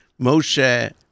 Moshe